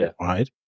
right